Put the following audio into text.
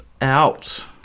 out